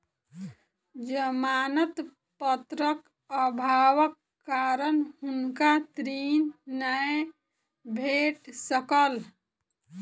जमानत पत्रक अभावक कारण हुनका ऋण नै भेट सकल